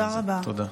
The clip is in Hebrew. תודה.